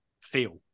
feel